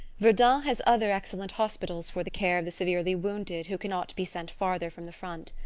verdun has other excellent hospitals for the care of the severely wounded who cannot be sent farther from the front.